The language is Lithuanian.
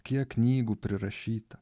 kiek knygų prirašyta